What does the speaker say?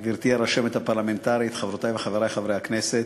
גברתי הרשמת הפרלמנטרית, חברותי וחברי חברי הכנסת,